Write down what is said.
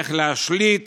איך להשליט